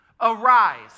arise